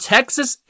Texas